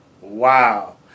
Wow